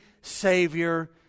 Savior